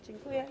Dziękuję.